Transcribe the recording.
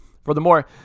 Furthermore